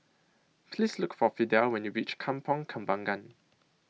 Please Look For Fidel when YOU REACH Kampong Kembangan